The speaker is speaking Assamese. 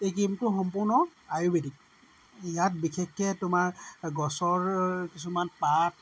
এই ক্ৰীমটো সম্পূৰ্ণ আয়ুৰ্বেদীক ইয়াত বিশেষকৈ তোমাৰ গছৰ কিছুমান পাত